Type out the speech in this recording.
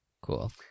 Cool